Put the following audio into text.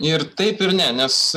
ir taip ir ne nes